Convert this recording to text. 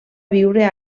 viure